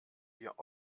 wir